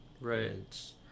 right